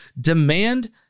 demand